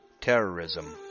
terrorism